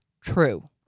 true